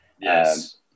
Yes